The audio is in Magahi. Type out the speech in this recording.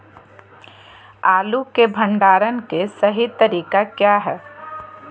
आलू के भंडारण के सही तरीका क्या है?